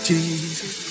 Jesus